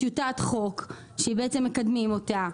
יש טיוטת חוק שבעצם מקדמים אותה,